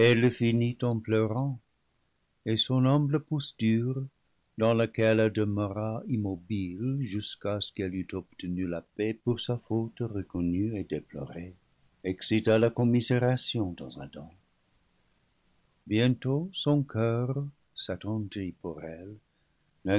finit en pleurant et son humble posture dans laquelle elle demeura immobile jusqu'à ce qu'elle eût obtenu la paix pour sa faute reconnue et déplorée excita la commisération dans adam bientôt son coeur s'attendrit pour elle